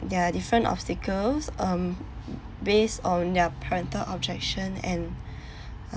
their different obstacles um based on their parental objection and